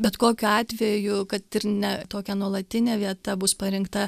bet kokiu atveju kad ir ne tokia nuolatinė vieta bus parinkta